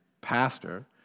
pastor